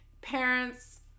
Parents